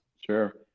Sure